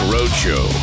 Roadshow